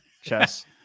Chess